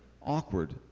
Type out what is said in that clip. Awkward